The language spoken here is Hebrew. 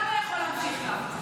אתה לא יכול להמשיך כך.